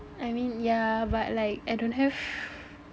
I mean yeah but like I don't have